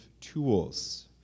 tools